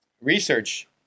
research